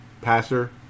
passer